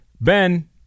Ben